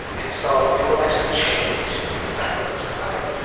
and so it will, actually, change the fabric of society.